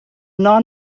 non